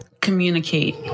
communicate